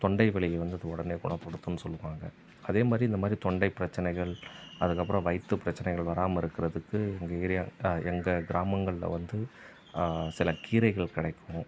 தொண்டைவலியை வந்து அது உடனே குணப்படுத்துன்னு சொல்லுவாங்க அதேமாதிரி இந்தமாதிரி தொண்டை பிரச்சினைகள் அதுக்கப்புறம் வயிற்று பிரச்சினைகள் வராமல் இருக்கிறதுக்கு எங்கள் ஏரியா எங்கள் கிராமங்களில் வந்து சில கீரைகள் கிடைக்கும்